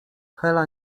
hela